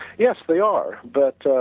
yes they are, but